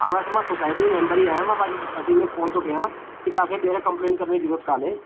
हा वैसे मां सोसाईटीअ जो मेम्बर ई आहियां मां पंहिंजे सोसाईटीअ में फोन थो कयां की तव्हांखे ॿीहर कंपलेंट करण ई जरूरत कोन्हे